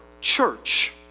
church